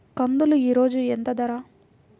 కందులు ఈరోజు ఎంత ధర?